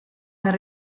nel